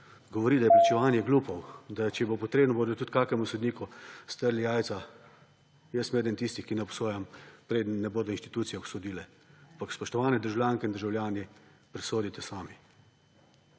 govori, da je plačevanje glupo, da če bo potrebno, bodo tudi kakemu sodniku strli jajca; jaz pa sem eden tistih, ki ne obsojam, preden ne bodo inštitucije obsodile. Ampak, spoštovani državljanke in državljani, presodite sami.